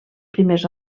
primers